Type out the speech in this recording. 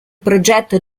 progetto